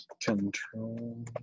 Control